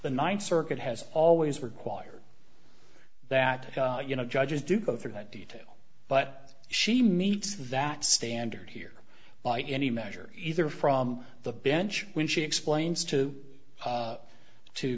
the ninth circuit has always required that you know judges do go through that detail but she meets that standard here by any measure either from the bench when she explains to